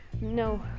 No